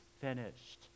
finished